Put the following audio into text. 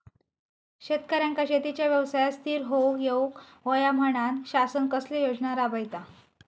शेतकऱ्यांका शेतीच्या व्यवसायात स्थिर होवुक येऊक होया म्हणान शासन कसले योजना राबयता?